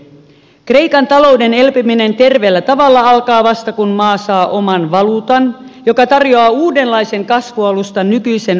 kreikan talouden elpyminen terveellä tavalla alkaa vasta kun maa saa oman valuutan joka tarjoaa uudenlaisen kasvualustan nykyisen pattitilanteen sijaan